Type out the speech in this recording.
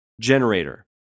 generator